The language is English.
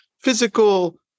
physical